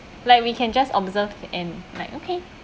like we can just observe and like okay